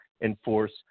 enforce